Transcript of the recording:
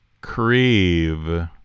crave